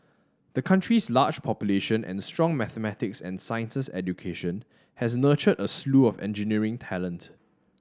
the country's large population and strong mathematics and sciences education has nurtured a slew of engineering talent